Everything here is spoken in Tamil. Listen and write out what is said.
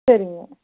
சரிங்க